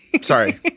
Sorry